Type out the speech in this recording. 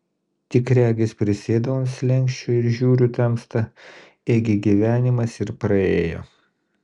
tik regis prisėdau ant slenksčio ir žiūriu tamsta ėgi gyvenimas ir praėjo